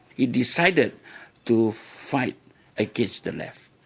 he decided to fight against the left.